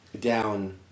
down